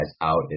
out